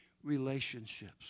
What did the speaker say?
relationships